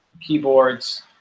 keyboards